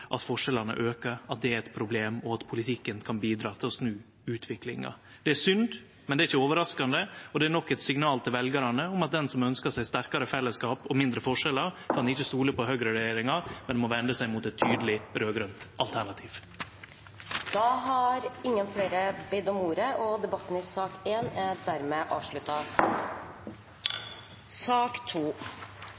at forskjellane aukar, at det er eit problem, og at politikken kan bidra til å snu utviklinga. Det er synd, men det er ikkje overraskande, og det er nok eit signal til veljarane om at den som ønskjer seg sterkare fellesskap og mindre forskjellar, ikkje kan stole på høgreregjeringa, men må vende seg mot eit tydeleg raud-grønt alternativ. Flere har ikke bedt om ordet til sak nr. 1. Etter ønske fra utenriks- og forsvarskomiteen vil presidenten foreslå at debatten